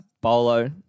Bolo